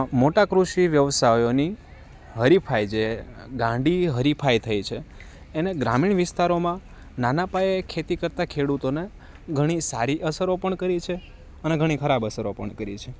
મોટા કૃષિ વ્યવસાયોની હરીફાઈ જે ગાંડી હરીફાઈ થઈ છે એણે ગ્રામીણ વિસ્તારોમાં નાના પાયે ખેતી કરતાં ખેડૂતોને ઘણી સારી અસરો પણ કરી છે અને ઘણી ખરાબ અસરો પણ કરી છે